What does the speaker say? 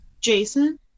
Jason